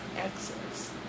access